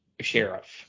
sheriff